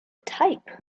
type